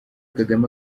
kagame